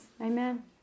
Amen